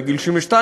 בגיל 62,